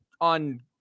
on